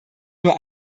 nur